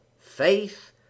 faith